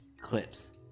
clips